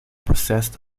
processed